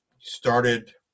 started